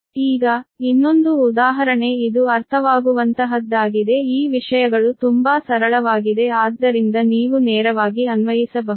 ಈಗ ಇನ್ನೊಂದು ಉದಾಹರಣೆ ಇದು ಅರ್ಥವಾಗುವಂತಹದ್ದಾಗಿದೆ ಈ ವಿಷಯಗಳು ತುಂಬಾ ಸರಳವಾಗಿದೆ ಆದ್ದರಿಂದ ನೀವು ನೇರವಾಗಿ ಅನ್ವಯಿಸಬಹುದು